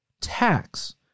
tax